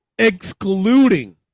Excluding